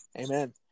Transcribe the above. Amen